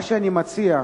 מה שאני מציע: